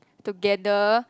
together